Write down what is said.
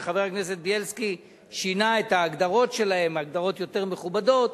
וחבר הכנסת בילסקי שינה את ההגדרות שלהם להגדרות יותר מכובדות,